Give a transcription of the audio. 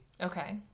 Okay